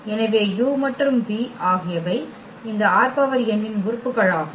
எனவே u மற்றும் v ஆகியவை இந்த ℝn இன் உறுப்புகளாகும்